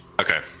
Okay